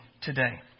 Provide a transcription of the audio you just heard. today